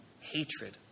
hatred